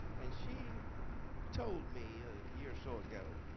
and she told me a year or so ago,